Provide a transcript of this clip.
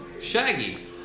Shaggy